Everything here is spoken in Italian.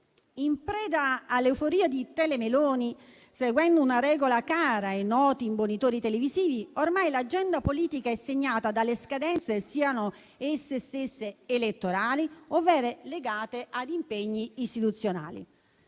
In preda all'euforia di Tele Meloni, seguendo una regola cara ai noti imbonitori televisivi, ormai l'agenda politica è segnata dalle scadenze, siano esse stesse elettorali ovvero legate ad impegni istituzionali.